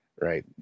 right